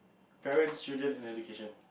parents children and education